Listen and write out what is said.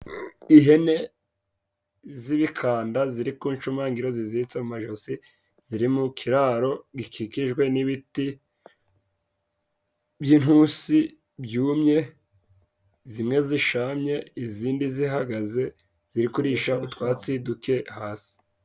Ihene zibikanda ziri ku ncumagira zizitse ku majosi ziri mu kiraro gikikijwe n'ibiti by'intusi byumye, zimwe zishamye izindi zihagaze ziri kurisha utwatsi duke hasi.